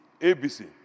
ABC